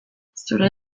zure